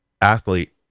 athlete